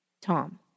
Tom